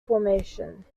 formation